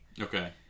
Okay